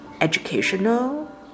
educational